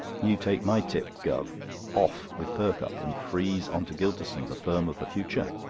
you take my tip, guv off with perkupp and freeze on to gylterson, the firm of the future!